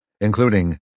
including